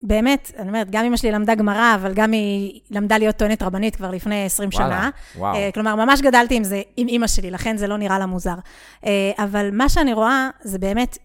באמת, אני אומרת, גם אמא שלי למדה גמרה, אבל גם היא למדה להיות טוענת רבנית כבר לפני 20 שנה. כלומר, ממש גדלתי זה עם אימא שלי, לכן זה לא נראה לה מוזר. אבל מה שאני רואה זה באמת...